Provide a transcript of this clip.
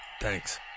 thanks